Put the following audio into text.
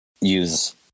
use